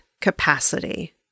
capacity